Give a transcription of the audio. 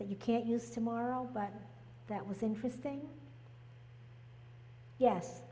that you can't use tomorrow but that was interesting yes